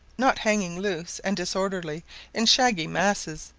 not hanging loose and disorderly in shaggy masses,